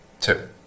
Two